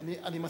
אני מסכים.